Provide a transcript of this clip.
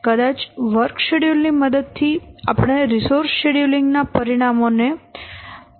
કદાચ work schedule ની મદદ થી આપણે રિસોર્સ શેડ્યુલીંગ ના પરિણામો ને પબ્લીસાઇઝ કરી શકીએ